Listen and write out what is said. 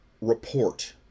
report